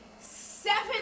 seven